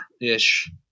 ish